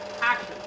Action